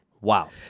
Wow